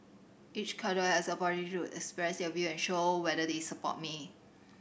each cadre has the to express their view and show whether they support me